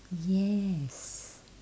yes